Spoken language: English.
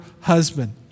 husband